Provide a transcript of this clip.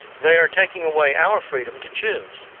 they are taking away our freedom to choose.